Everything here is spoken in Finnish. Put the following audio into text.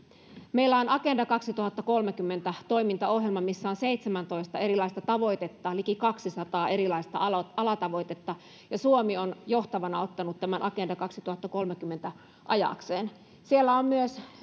meillä on agenda kaksituhattakolmekymmentä toimintaohjelma missä on seitsemäntoista erilaista tavoitetta ja liki kaksisataa erilaista alatavoitetta ja suomi on johtavana ottanut tämän agenda kaksituhattakolmekymmentän ajaakseen siellä on myös